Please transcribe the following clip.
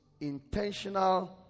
intentional